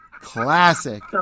Classic